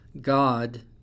God